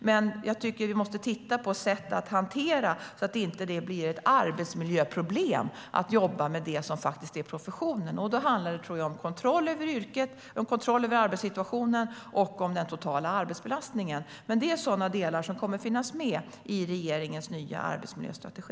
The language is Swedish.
Men jag tycker att vi måste titta på hur detta hanteras, så att det inte blir ett arbetsmiljöproblem att jobba med det som faktiskt är professionen. Då tror jag att det handlar om kontroll över arbetssituationen och den totala arbetsbelastningen. Det är sådana delar som kommer att finnas med i regeringens nya arbetsmiljöstrategi.